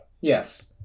yes